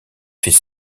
fait